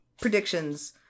predictions